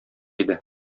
иде